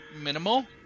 minimal